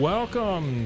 Welcome